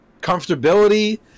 Comfortability